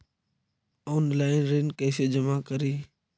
Online ऋण कैसे जमा करी?